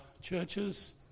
churches